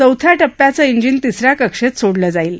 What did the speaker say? चौथ्या टप्प्याचं जिन तिसऱ्या कक्षेत सोडलं जाईल